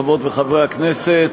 חברות וחברי הכנסת,